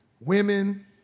women